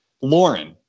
Lauren